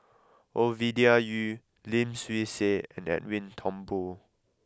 Ovidia Yu Lim Swee Say and Edwin Thumboo